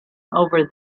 over